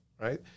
right